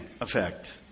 effect